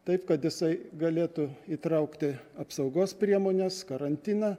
taip kad jisai galėtų įtraukti apsaugos priemones karantiną